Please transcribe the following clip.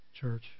Church